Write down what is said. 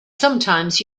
sometimes